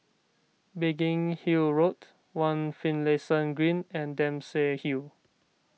Biggin Hill Road one Finlayson Green and Dempsey Hill